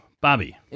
Bobby